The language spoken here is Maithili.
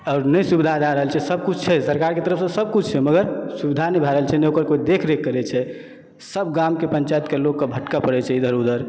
और नहि किछु भय रहल छै सबकिछु छै सरकार के तरफ सऽ सबकिछु छै मगर सुविधा नहि भय रहल छै नहि को ओकर देखरेख करै छै सब गामके पंचायतके लोक के भटकय पड़ै छै इधर उधर